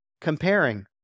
comparing